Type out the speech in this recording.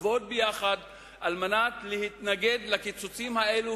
לעבוד ביחד על מנת להתנגד לקיצוצים האלו,